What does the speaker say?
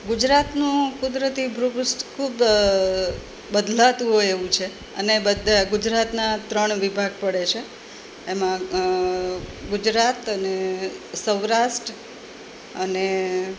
ગુજરાતનો કુદરતી ભૃગુષ્ઠ ખૂબ બદલાતું હોય એવું છે અને બધા ગુજરાતનાં ત્રણ વિભાગ પડે છે એમાં ગુજરાત અને સૌરાસ્ટ અને